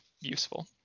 useful